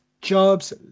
jobs